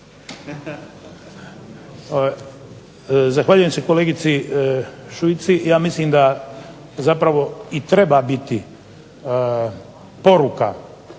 Zahvaljujem se kolegici Šuici. Ja mislim da zapravo i treba biti poruka